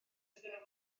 iddyn